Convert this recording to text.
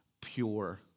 pure